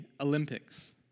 Olympics